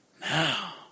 now